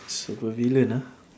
supervillain ah